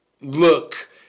look